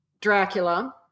Dracula